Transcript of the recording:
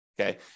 okay